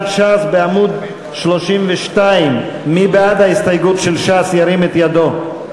שאול מופז, איננו.